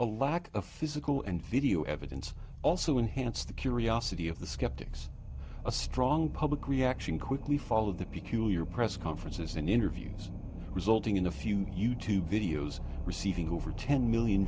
a lack of physical and video evidence also enhanced the curiosity of the skeptics a strong public reaction quickly followed the peculiar press conferences and interviews resulting in a few youtube videos receiving over ten million